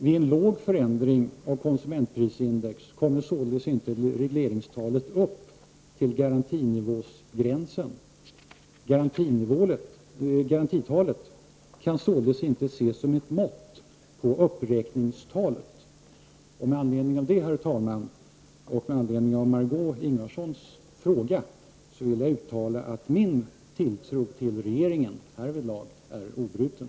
Vid en liten förändring av konsumentprisindex kommer inte regleringstalet upp till garantinivågränsen. Garantitalet kan således inte ses som ett mått på uppräkningstalet. Med anledning av det, herr talman, och med anledning av Margö Ingvardssons fråga vill jag uttala att min tilltro till regeringen härvidlag är obruten.